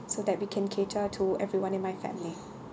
so that we can cater to everyone in my family